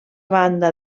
banda